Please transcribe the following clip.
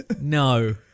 No